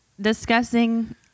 discussing